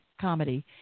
comedy